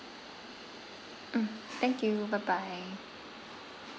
mm thank you bye bye